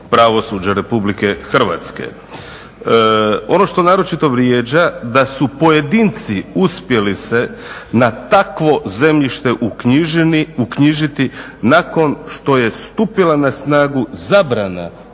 pravosuđa RH? Ono što naročito vrijeđa da su pojedinci uspjeli se na takvo zemljište uknjižiti nakon što je stupila na snagu zabrana